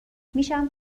میشم